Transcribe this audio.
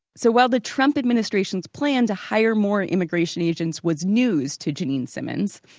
so while the trump administration's plan to hire more immigration agents was news to janine simmons,